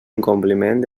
incompliment